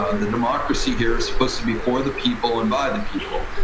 ah the democracy here is supposed to be for the people and by the people.